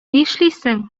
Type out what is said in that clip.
нишлисең